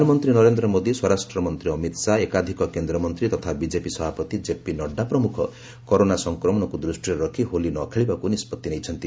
ପ୍ରଧାନମନ୍ତ୍ରୀ ନରେନ୍ଦ୍ର ମୋଦି ସ୍ୱରାଷ୍ଟ୍ରମନ୍ତ୍ରୀ ଅମିତ ଶାହା ଏକାଧିକ କେନ୍ଦ୍ରମନ୍ତ୍ରୀ ତଥା ବିଜେପି ସଭାପତି କେପି ନଡ୍ଜା ପ୍ରମୁଖ କରୋନା ସଫକ୍ରମଣକୁ ଦୃଷ୍ଟିରେ ରଖି ହୋଲି ନ ଖେଳିବାକୁ ନିଷ୍କଭି ନେଇଛନ୍ତି